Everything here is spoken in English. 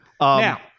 Now